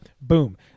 boom